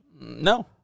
No